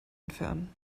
entfernen